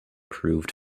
proved